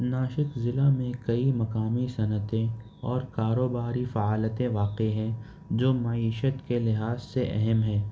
ناسک ضلع میں کئی مقامی صنعتیں اور کاروباری فعالتیں واقع ہے جو معیشت کے لحاظ سے اہم ہے